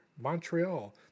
montreal